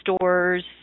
stores